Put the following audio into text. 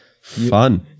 Fun